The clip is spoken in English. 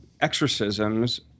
exorcisms